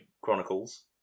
Chronicles